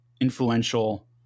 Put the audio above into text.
influential